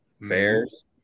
Bears